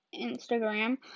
Instagram